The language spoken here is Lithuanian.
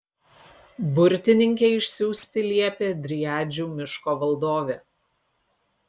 burtininkę išsiųsti liepė driadžių miško valdovė